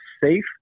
safe